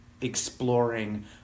exploring